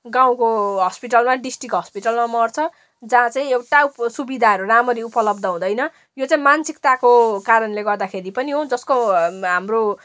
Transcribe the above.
गाउँको हस्पिटलमा डिस्ट्रिक्ट हस्पिटलमा मर्छ जहाँ चाहिँ एउटा सुविदाहरू राम्ररी उपलब्द हुँदैन यो चाहिँ मान्सिकताको कारणले गर्दाखेरि पनि हो जसको हाम्रो